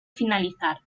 finalizar